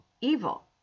evil